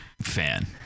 fan